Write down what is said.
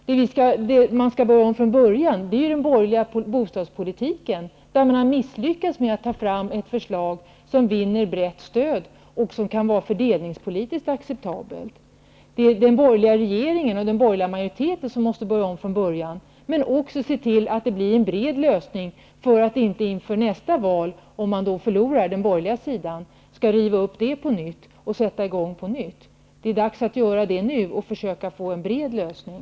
Det är i den borgerliga bostadspolitiken man skall börja om från början. Man har misslyckats med att ta fram ett förslag som vinner brett stöd och som kan vara fördelningspolitiskt acceptabelt. Det är den borgerliga regeringen och den borgerliga majoriteten som måste börja om från början. Men man måste också se till att det blir en bred lösning, så att man inte efter nästa val, om den borgerliga sidan förlorar, måste riva upp beslutet och starta på nytt. Det är dags att nu försöka få till stånd en bred lösning.